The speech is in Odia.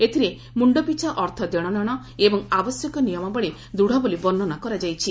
ଏଥିରେ ମୁଞ୍ଜପିଛା ଅର୍ଥ ଦେଶନେଣ ଏବଂ ଆବଶ୍ୟକ ନିୟମାବଳୀ ଦୃଢ଼ ବୋଲି ବର୍ଣ୍ଣନା କରାଯାଇଛି